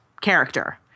character